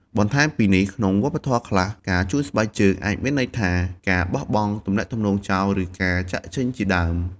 បន្ថែមពីនេះក្នុងវប្បធម៌ខ្លះ ការជូនស្បែកជើងអាចមានន័យថា ការបោះបង់ទំនាក់ទំនងចោល ឬ ការចាក់ចេញជាដើម។